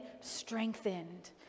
strengthened